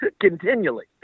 continually